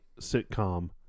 sitcom